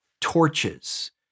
torches